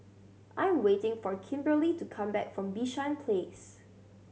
I am waiting for Kimberli to come back from Bishan Place